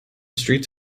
streets